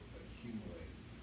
accumulates